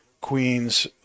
Queen's